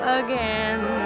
again